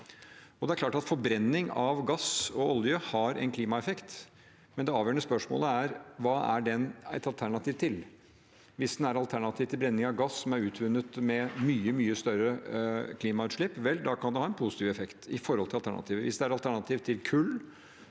Det er klart at forbrenning av gass og olje har en klimaeffekt, men det avgjørende spørsmålet er: Hva er den et alternativ til? Hvis den er et alternativ til brenning av gass, som er utvunnet med mye, mye større klimautslipp, kan det ha en positiv effekt i forhold til alternativet. Hvis den er et alternativ til kull,